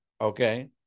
Okay